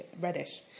Reddish